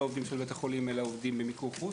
עובדים של בית החולים אלא עובדים במיקור חוץ,